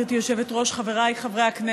גברתי היושבת-ראש, חבריי חברי הכנסת,